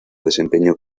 desempeñó